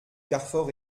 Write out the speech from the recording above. carfor